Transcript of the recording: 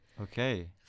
Okay